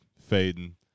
fading